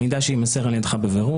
המידע שיימסר על ידך בבירור,